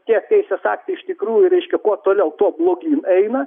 tie teisės aktai iš tikrųjų reiškia kuo toliau tuo blogyn eina